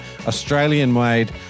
Australian-made